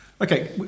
Okay